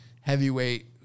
heavyweight